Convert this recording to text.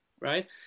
right